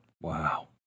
Wow